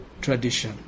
tradition